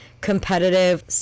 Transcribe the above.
competitive